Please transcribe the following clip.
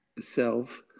self